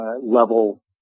level